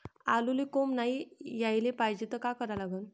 आलूले कोंब नाई याले पायजे त का करा लागन?